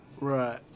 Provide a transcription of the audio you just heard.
Right